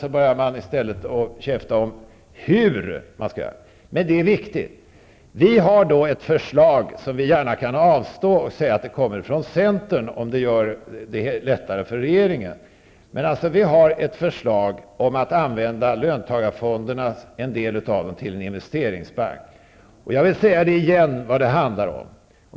Sedan började man i stället käfta om hur man skall använda pengarna. Men det är viktigt. Vi har då ett förslag som vi gärna kan avstå; vi kan säga att det kommer från centern, om det gör det lättare för regeringen. Förslaget innebär att en del av löntagarfonderna skall användas till en investeringsbank. Jag vill upprepa vad det handlar om.